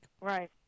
Right